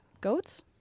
Goats